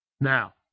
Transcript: Now